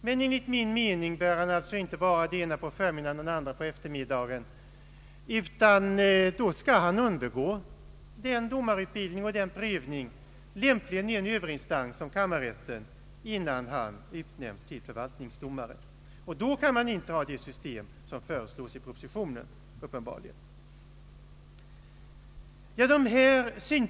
Men enligt min mening bör han alltså då inte vara det ena på förmiddagen och det andra på eftermiddagen, utan han skall undergå domarutbildning och prövning — lämpligen i en överinstans som kammarrätten — innan han utnämns till förvaltningsrättsdomare. Och vid utnämningen till domare skall ha avgå från sin tjänst inom förvaltningen. Då kan man uppenbarligen inte ha det system som föreslås i propositionen.